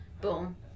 boom